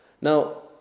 Now